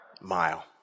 mile